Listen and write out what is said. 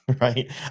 right